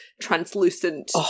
translucent